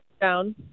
down